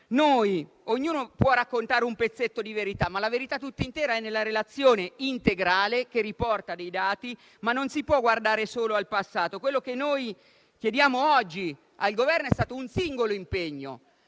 ognuno può raccontare un pezzetto di verità, ma la verità tutta intera è nella relazione integrale che riporta i dati. Non si può, però, guardare solo al passato. Quello che chiediamo oggi al Governo è un singolo impegno,